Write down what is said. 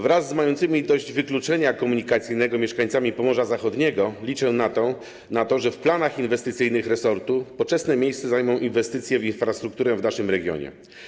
Wraz z mającymi dość wykluczenia komunikacyjnego mieszkańcami Pomorza Zachodniego liczę na to, że w planach inwestycyjnych resortu poczesne miejsce zajmą inwestycje w infrastrukturę w naszym regionie.